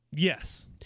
Yes